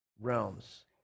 realms